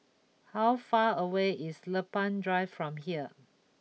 how far away is Lempeng Drive from here